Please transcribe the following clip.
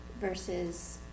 versus